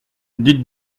dites